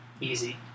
Easy